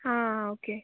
हां आं ओके